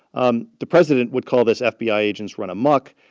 um the president would call this fbi agents run amuck.